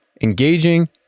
engaging